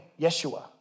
Yeshua